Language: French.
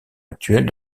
actuels